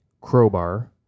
Crowbar